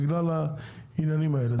בגלל העניינים האלה.